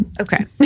okay